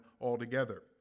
altogether